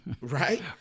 right